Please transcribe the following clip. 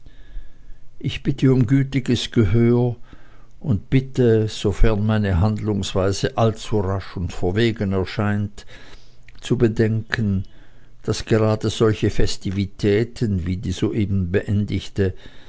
ich bitte um gütiges gehör und bitte sofern meine handlungsweise allzu rasch und verwegen erscheint zu bedenken daß gerade solche festivitäten wie die soeben beendigte